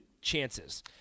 chances